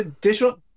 digital